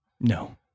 No